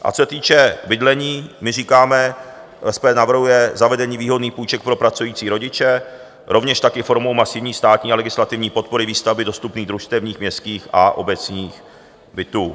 A co se týče bydlení, my říkáme SPD navrhuje zavedení výhodných půjček pro pracující rodiče, rovněž tak i formou masivní státní a legislativní podpory výstavby dostupných družstevních, městských a obecních bytů.